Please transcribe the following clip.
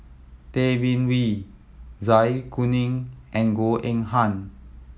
Tay Bin Wee Zai Kuning and Goh Eng Han